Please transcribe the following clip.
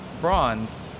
bronze